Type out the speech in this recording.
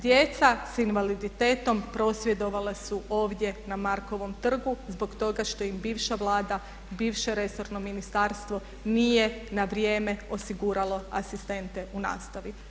Djeca s invaliditetom prosvjedovala su ovdje na Markovom trgu zbog toga što im bivša Vlada i bivše resorno ministarstvo nije na vrijeme osiguralo asistente u nastavi.